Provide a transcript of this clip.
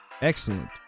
Excellent